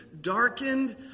darkened